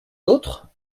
d’autre